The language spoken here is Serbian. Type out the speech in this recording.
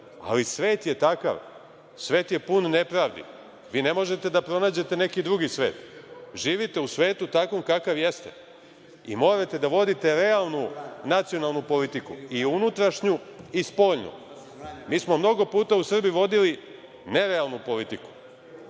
ali svet je takav, svet je pun nepravdi. Vi ne možete da pronađete neki drugi svet. Živite u svetu takvom kakav jeste i morate da vodite realnu nacionalnu politiku i unutrašnju i spoljnu. Mi smo mnogo puta u Srbiji vodili nerealnu politiku.